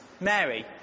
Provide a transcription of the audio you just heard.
Mary